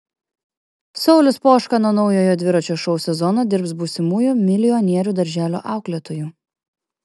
saulius poška nuo naujojo dviračio šou sezono dirbs būsimųjų milijonierių darželio auklėtoju